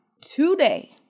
today